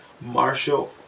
Marshall